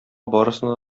барысына